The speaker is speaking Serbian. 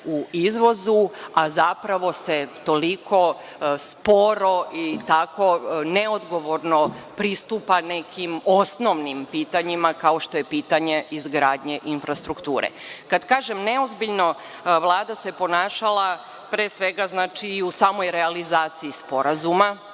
u izvozu, a zapravo se toliko sporo i tako neodgovorno pristupa nekim osnovnim pitanjima, kao što je pitanje izgradnje infrastrukture. Kada kažem neozbiljno Vlada se ponašala, pre svega, i u samoj realizaciji sporazuma.